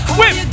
whip